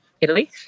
Italy